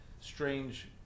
strange